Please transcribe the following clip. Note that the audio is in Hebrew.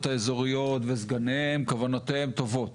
האזוריות וסגניהם כוונותיהם טובות.